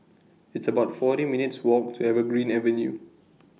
It's about forty minutes' Walk to Evergreen Avenue